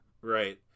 Right